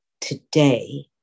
today